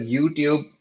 YouTube